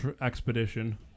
expedition